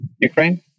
Ukraine